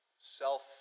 self